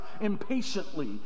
impatiently